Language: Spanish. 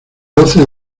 doce